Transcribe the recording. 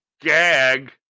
Gag